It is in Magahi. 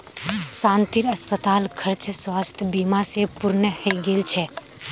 शांतिर अस्पताल खर्च स्वास्थ बीमा स पूर्ण हइ गेल छ